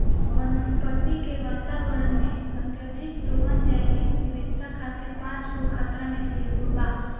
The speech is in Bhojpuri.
वनस्पति के वातावरण में, अत्यधिक दोहन जैविक विविधता खातिर पांच गो खतरा में से एगो बा